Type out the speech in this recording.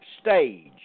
stage